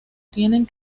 tienen